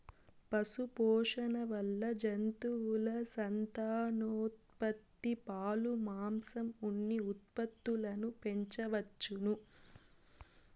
పశుపోషణ వల్ల జంతువుల సంతానోత్పత్తి, పాలు, మాంసం, ఉన్ని ఉత్పత్తులను పెంచవచ్చును